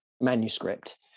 manuscript